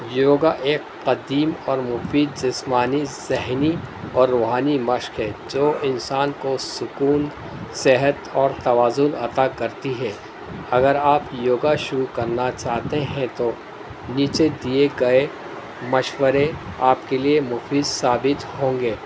یوگا ایک قدیم اور مفید جسمانی ذہنی اور روحانی مشک ہے جو انسان کو سکون صحت اور توازن عطا کرتی ہے اگر آپ یوگا شروع کرنا چاہتے ہیں تو نیچے دیے گئے مشورے آپ کے لیے مفید ثابت ہوں گے